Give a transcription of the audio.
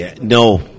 No